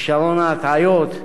וכשרון ההטעיות,